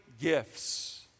gifts